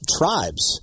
tribes –